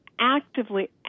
actively